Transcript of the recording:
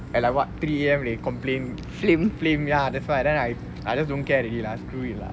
at like what three A_M they complain flame ya that's why then I I just don't care already lah screw it lah